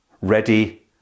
ready